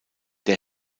der